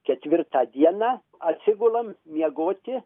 ketvirtą dieną atsigulam miegoti